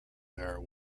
there